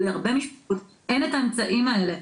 להרבה משפחות אין את האמצעים האלה.